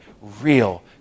real